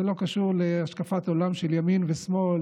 זה לא קשור להשקפת עולם של ימין ושמאל,